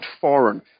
foreign